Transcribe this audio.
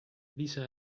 lisa